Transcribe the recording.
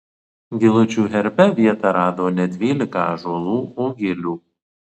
gilučių herbe vietą rado ne dvylika ąžuolų o gilių